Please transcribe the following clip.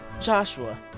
Joshua